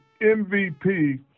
mvp